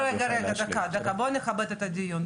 לא, דקה, דקה, בוא נכבד את הדיון.